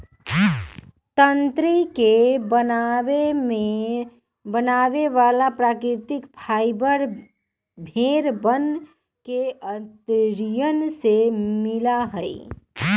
तंत्री के बनावे वाला प्राकृतिक फाइबर भेड़ वन के अंतड़ियन से मिला हई